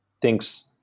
thinks